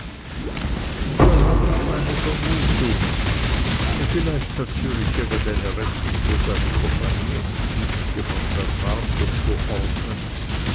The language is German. da hab ich meine vermutungen vielleicht hat zürich irgendeine rechnung für seine kompanien im dienste von san marco zu ordnen